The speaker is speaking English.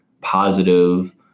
positive